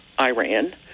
Iran